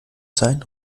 sein